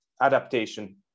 adaptation